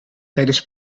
tijdens